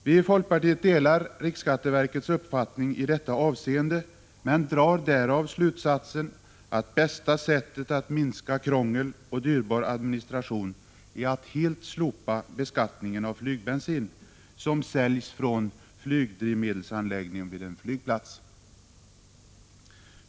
Vi i folkpartiet delar riksskatteverkets uppfattning i detta avseende, men drar därav slutsatsen att bästa sättet att minska krångel och dyrbar administration är att helt slopa beskattningen av flygbensin som säljs från flygdrivmedelsanläggning vid en flygplats.